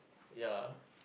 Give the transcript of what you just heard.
ya